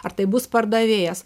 ar tai bus pardavėjas